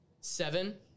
Seven